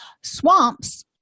Swamps